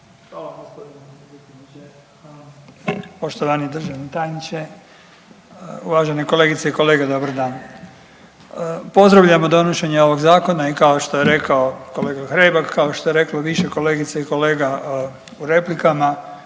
uključen./… poštovani državni tajniče, uvažene kolegice i kolege, dobar dan. Pozdravljamo donošenje ovog zakona i kao što je rekao kolega Hrebak, kao što je reklo više kolegica i kolega u replikama,